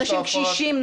אנשים קשישים,